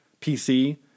PC